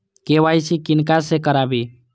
KYC किनका से कराबी?